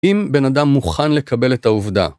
אם בן אדם מוכן לקבל את העובדה.